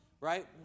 right